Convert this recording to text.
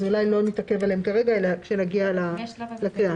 אז אולי לא נתעכב עליהן כרגע אלא כשנגיע לתקנה הכללית.